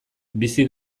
bizi